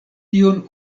tion